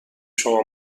شما